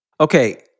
Okay